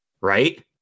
right